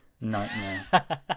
nightmare